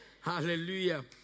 Hallelujah